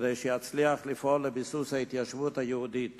כדי שיצליח לפעול לביסוס ההתיישבות היהודית